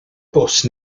bws